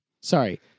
sorry